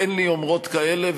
אין לי יומרות כאלה,